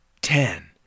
ten